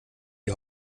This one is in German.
die